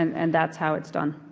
and that's how it's done.